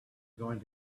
going